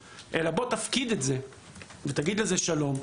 כשאתה אומר לי לבוא ולהפקיד את זה ולהגיד לזה שלום,